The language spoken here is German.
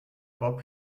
bob